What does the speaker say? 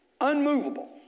unmovable